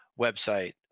website